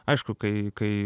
aišku kai kai